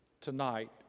tonight